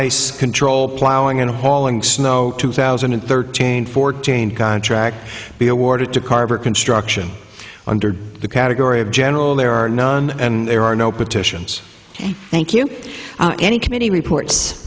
ice control plowing and hauling snow two thousand and thirteen fourteen contract be awarded to carver construction under the category of general there are none and there are no petitions thank you any committee reports